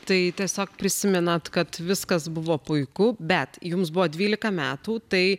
tai tiesiog prisimenat kad viskas buvo puiku bet jums buvo dvylika metų tai